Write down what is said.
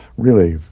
really